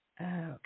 Okay